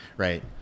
Right